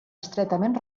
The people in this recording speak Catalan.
estretament